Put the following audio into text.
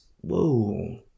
Whoa